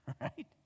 Right